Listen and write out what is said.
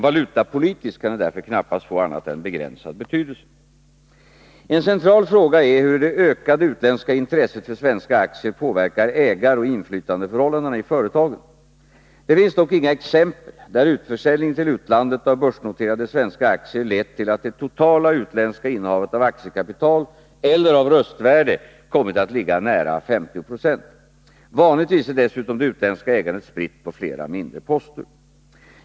Valutapolitiskt kan det därför knappast få annat än begränsad betydelse. En central fråga är hur det ökade utländska intresset för svenska aktier påverkar ägaroch inflytandeförhållandena i företagen. Det finns dock inga exempel där utförsäljningen till utlandet av börsnoterade svenska aktier lett till att det totala utländska innehavet av aktiekapital eller av röstvärde kommit att ligga nära 50 20. Vanligtvis är dessutom det utländska ägandet spritt på flera mindre poster.